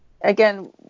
again